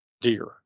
deer